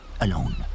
Alone